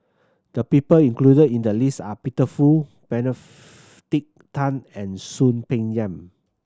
the people included in the list are Peter Fu Tan and Soon Peng Yam